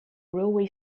railway